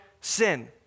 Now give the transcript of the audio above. sin